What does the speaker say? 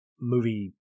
movie